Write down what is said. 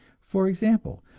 for example,